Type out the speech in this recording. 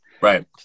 Right